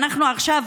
שאנחנו עכשיו,